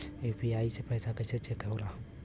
UPI से पैसा कैसे चेक होला?